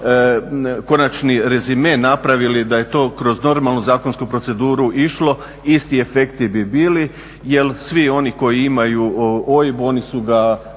konačni rezime napravili da je to kroz normalnu zakonsku proceduru išlo, isti efekti bi bili jer svi oni koji imaju OIB oni su ga